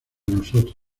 nosotros